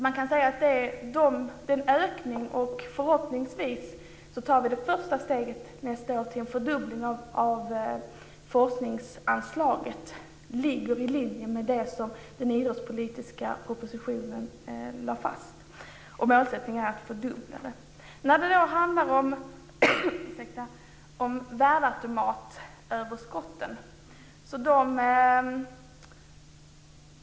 Man kan säga att vi med den ökningen nästa år förhoppningsvis tar det första steget till en fördubbling av forskningsanslaget. Det ligger i linje med det som den idrottspolitiska propositionen lade fast. Målsättningen är att fördubbla det. Sedan till överskotten från värdeautomater.